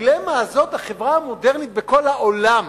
בדילמה הזאת החברה המודרנית בכל העולם